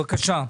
בבקשה.